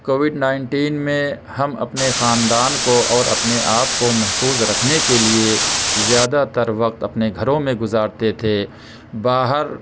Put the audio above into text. Covid nineteen میں ہم اپنے خاندان کو اور اپنے آپ کو محفوظ رکھنے کے لئے زیادہ تر وقت اپنے گھروں میں گزارتے تھے باہر